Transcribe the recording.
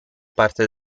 parte